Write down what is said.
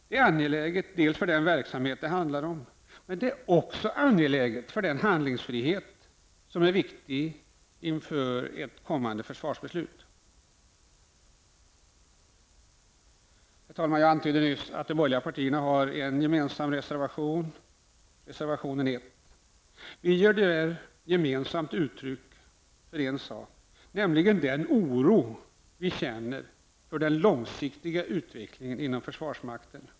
Detta är angeläget dels för den verksamhet det handlar om, dels för handlingsfriheten inför ett kommande försvarsbeslut. Jag antydde nyss, herr talman, att de tre borgerliga partierna har en gemensam reservation, reservation nr 1. Vi ger där gemensamt uttryck för den oro vi känner för den långsiktiga utvecklingen inom försvarsmakten.